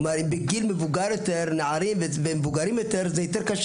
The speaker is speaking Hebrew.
בגיל מבוגר יותר נערים ומבוגרים יותר זה יותר קשה